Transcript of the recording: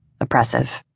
oppressive